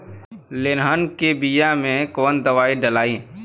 तेलहन के बिया मे कवन दवाई डलाई?